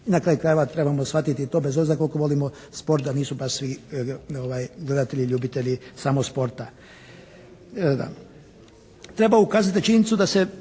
na kraju krajeva trebamo shvatiti to bez obzira koliko vodimo sport da nisu baš svi gledatelji ljubitelji samo sporta.